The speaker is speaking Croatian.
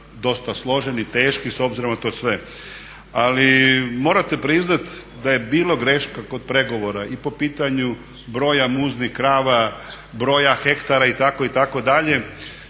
dosta složeni, teški, s obzirom na to sve. Ali morate priznat da je bilo grešaka kod pregovora i po pitanju broja muznih krava, broja hektara itd., što smatram